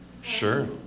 Sure